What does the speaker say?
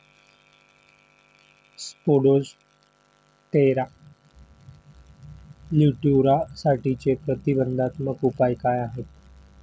Spodoptera लिट्युरासाठीचे प्रतिबंधात्मक उपाय काय आहेत?